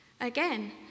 Again